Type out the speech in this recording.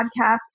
podcast